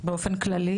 באופן כללי?